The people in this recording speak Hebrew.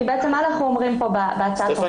מה אנחנו אומרים פה בהצעת החוק --- סטפני,